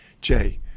Jay